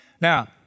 Now